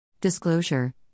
Disclosure